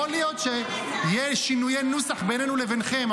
יכול להיות שיהיו שינויי נוסח ביננו לבינכם,